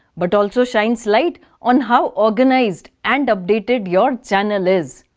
but also shines light on how organized and updated your channel is.